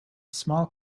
small